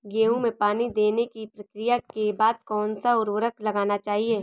गेहूँ में पानी देने की प्रक्रिया के बाद कौन सा उर्वरक लगाना चाहिए?